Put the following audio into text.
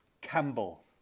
Campbell